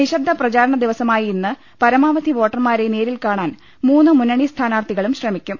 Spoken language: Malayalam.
നിശബ്ദ പ്രചാരണ ദിവസമായ ഇന്ന് പരമാവധി വോട്ടർമാരെ നേരിൽ കാണാൻ മൂന്നു ്മുന്നണി സ്ഥാനാർത്ഥികളും ശ്രമിക്കും